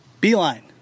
Beeline